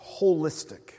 holistic